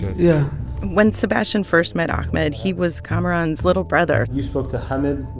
yeah when sebastian first met ahmed, he was kamaran's little brother. you spoke to hamid.